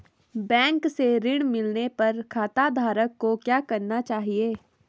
Bank से ऋण मिलने पर खाताधारक को क्या करना चाहिए?